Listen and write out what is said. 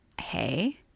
hey